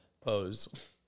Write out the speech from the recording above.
pose